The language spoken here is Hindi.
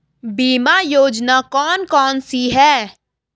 बीमा योजना कौन कौनसी हैं?